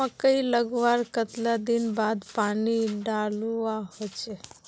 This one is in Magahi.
मकई लगवार कतला दिन बाद पानी डालुवा होचे?